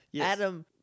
Adam